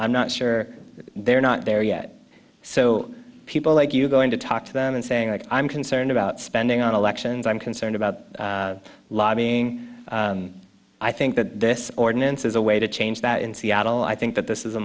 i'm not sure they're not there yet so people like you going to talk to them and saying that i'm concerned about spending on elections i'm concerned about lobbying i think that this ordinance is a way to change that in seattle i think that this is a